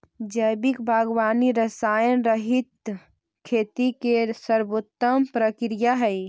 जैविक बागवानी रसायनरहित खेती के सर्वोत्तम प्रक्रिया हइ